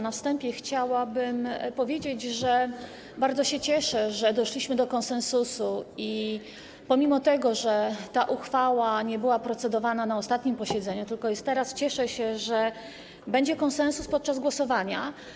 Na wstępie chciałabym powiedzieć, że bardzo się cieszę, że doszliśmy do konsensusu, i pomimo że ta uchwała nie była procedowana na ostatnim posiedzeniu, tylko jest teraz, cieszę się, że będzie konsensus podczas głosowania.